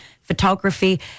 photography